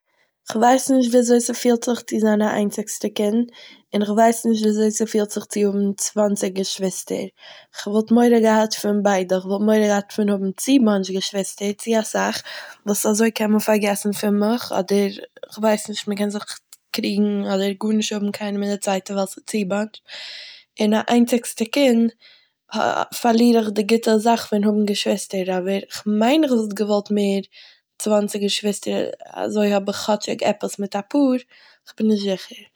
איך ווייס נישט ווי ס'פילט זיך צו זיין א איינציגסטע קינד און איך ווייס נישט וויאזוי ס'פילט זיך צו האבן צוואנציג געשוויסטער, כ'וואלט מורא געהאט פון ביידע, כ'וואלט מורא געהאט פון האבן צו מאטש געשוויסטער, צו אסאך, וואס אזוי קען מען פארגעסן פון מיך, אדער כ'ווייס נישט, מ'קען זיך קריגן אדער גארנישט האבן קיין מינוט צייט ווייל ס'איז צו א באנטש. און א איינציגסטע קינד הא- פארליר איך די גוטע זאך פון האבן געשוויסטער, אבער כ'מיין אז איך וואלט געוואלט מער צוואנציג געשוויסטער אזוי האב איך כאטשיק עפעס מיט א פאר, איך בין נישט זיכער